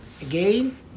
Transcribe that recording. again